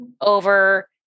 over